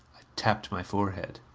i tapped my forehead.